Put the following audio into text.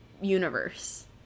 universe